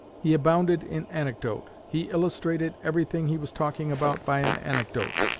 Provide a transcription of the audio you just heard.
he abounded in anecdote. he illustrated everything he was talking about by an anecdote,